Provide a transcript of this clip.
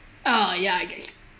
uh ya I guess